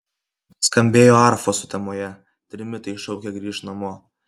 skambėjo arfos sutemoje trimitai šaukė grįžt namo